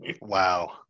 Wow